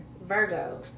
Virgo